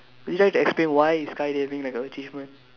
would you like to explain why is skydiving like a achievement